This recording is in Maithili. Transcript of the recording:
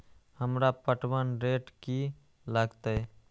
हमरा पटवन रेट की लागते?